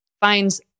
Finds